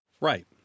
Right